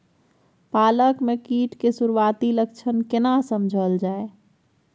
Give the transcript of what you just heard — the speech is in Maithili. पालक में कीट के सुरआती लक्षण केना समझल जाय?